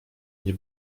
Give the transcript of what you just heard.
nie